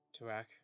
Tarak